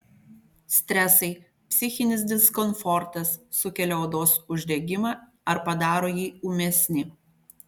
stresai psichinis diskomfortas sukelia odos uždegimą ar padaro jį ūmesnį